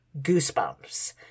goosebumps